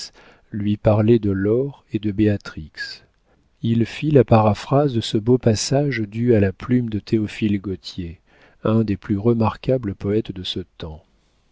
lui parler de laure et de béatrix il fit la paraphrase de ce beau passage dû à la plume de théophile gautier un des plus remarquables poètes de ce temps